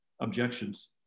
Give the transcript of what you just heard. objections